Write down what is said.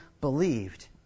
believed